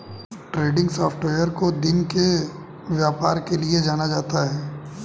trending software को दिन के व्यापार के लिये जाना जाता है